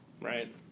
right